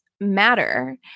matter